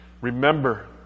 remember